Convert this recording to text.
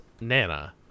Nana